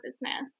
business